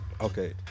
okay